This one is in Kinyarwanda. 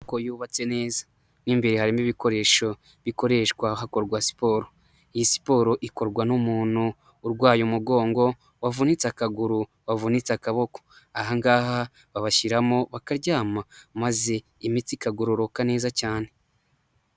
Inyubako yubatse neza, mo imbere harimo ibikoresho bikoreshwa hakorwa siporo, iyi siporo ikorwa n'umuntu urwaye umugongo, wavunitse akaguru, wavunitse akaboko, ahangaha babashyiramo bakaryama maze imiti ikagororoka neza cyane.